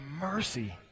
mercy